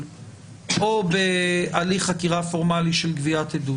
או בהליך חקירה פורמלי של גביית עדות.